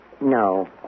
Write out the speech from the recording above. No